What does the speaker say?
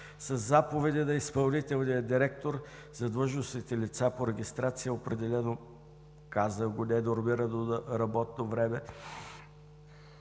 Със заповеди на изпълнителния директор за длъжностните лица по регистрация определена, казах го, ненормирано работно време